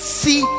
see